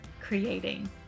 creating